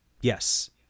Yes